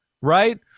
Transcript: right